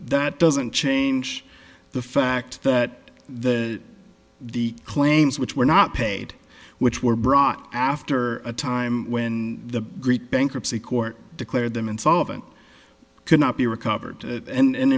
that doesn't change the fact that the the claims which were not paid which were brought after a time when the great bankruptcy court declared them insolvent could not be recovered and